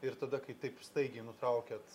ir tada kai taip staigiai nutraukėt